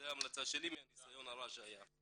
זו ההמלצה שלי מהניסיון הרע שהיה.